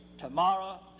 tomorrow